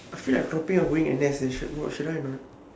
I feel like dropping or going N_S eh should should I or not